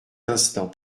l’instant